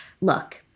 Look